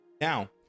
Now